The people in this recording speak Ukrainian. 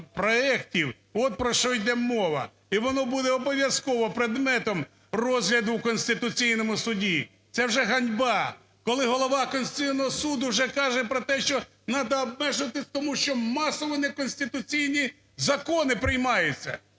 проектів. От про що іде мова. І воно буде обов'язково предметом розгляду в Конституційному Суді. Це вже ганьба, коли Голова Конституційного Суду вже каже про те, що надо обмежувати, тому що масово неконституційні закони приймаються.